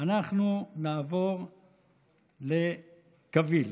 נעבור לקביל